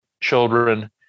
children